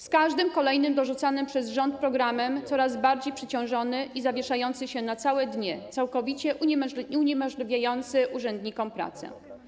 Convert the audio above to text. Z każdym kolejnym dorzucanym przez rząd programem jest coraz bardziej przeciążony i zawiesza się na całe dni, całkowicie uniemożliwiając urzędnikom pracę.